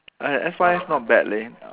ah S_Y_F not bad leh